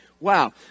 Wow